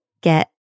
get